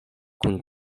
kun